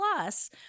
Plus